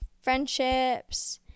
friendships